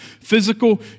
physical